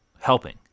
helping